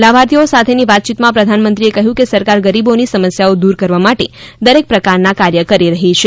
લાભાર્થીઓ સાથેની વાતચીતમાં પ્રધાનમંત્રીએ કહ્યું કે સરકાર ગરીબોની સમસ્યાઓ દૂર કરવા માટે દરેક પ્રકારના કાર્ય કરી રહી છે